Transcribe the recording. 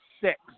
six